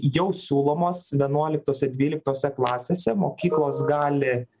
jau siūlomos vienuoliktose dvyliktose klasėse mokyklos gali